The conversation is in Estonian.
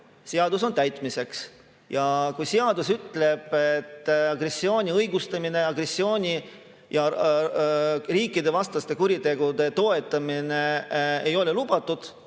Seadus on täitmiseks. Ja kui seadus ütleb, et agressiooni õigustamine, agressiooni ja riikidevastaste kuritegude toetamine ei ole lubatud